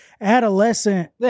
adolescent